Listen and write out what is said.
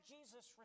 Jesus